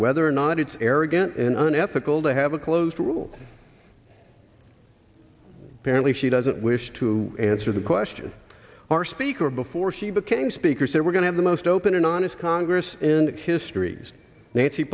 whether or not it's arrogant and unethical to have a closed rule apparently she doesn't wish to answer the question our speaker before she became speaker said we're going to the most open and honest congress and history's nancy